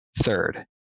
third